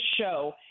show